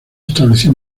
estableció